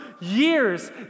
years